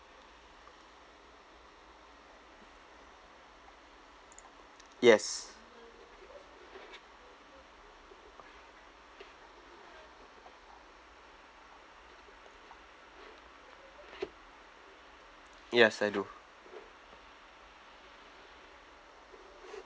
yes yes I do